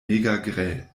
megagrell